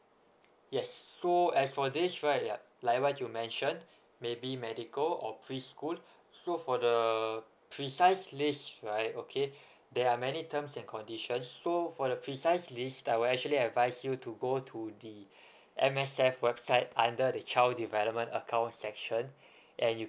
yes so as for this right ya like what you mentioned maybe medical or pre school so for the precise list right okay there are many terms and conditions so for the precise list I'll actually advise you to go to the M_S_F website under the child development account section and you